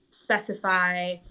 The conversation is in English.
specify